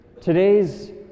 today's